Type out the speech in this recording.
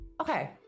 okay